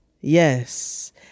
yes